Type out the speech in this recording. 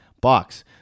box